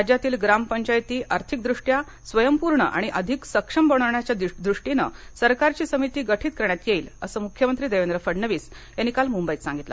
राज्यातील ग्रामपंचायती आर्थिकदृष्ट्या स्वयंपूर्ण आणि अधिक सक्षम बनविण्याच्या दृष्टीने सरकारची समिती गठीत करण्यात येईल असं मुख्यमंत्री देवेंद्र फडणवीस यांनी काल मुंबईत सांगितलं